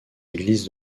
églises